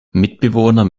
mitbewohner